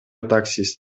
таксист